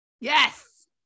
Yes